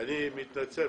--- אני מתנצל,